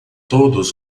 todos